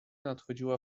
nadchodziła